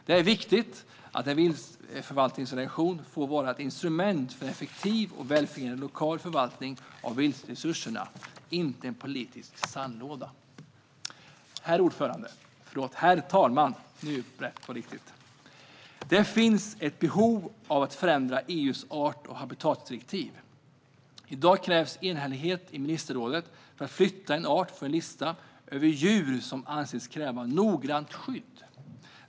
Det är viktigt att viltförvaltningsdelegationerna får vara instrument för en effektiv och välfungerande lokal förvaltning av viltresurserna, inte en politisk sandlåda. Herr talman! Det finns ett behov av att förändra EU:s art och habitatsdirektiv. I dag krävs enhällighet i ministerrådet för att flytta en art från listan över djur som anses kräva noggrant skydd.